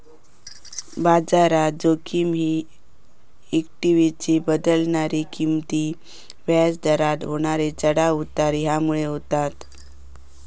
बाजारात जोखिम ही इक्वीटीचे बदलणारे किंमती, व्याज दरात होणारे चढाव उतार ह्यामुळे होता